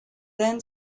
then